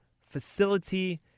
facility